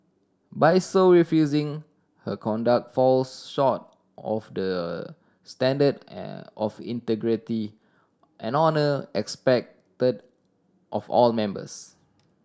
by so refusing her conduct falls short of the standard of integrity and honour expected of all members